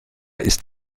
ist